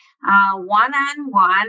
one-on-one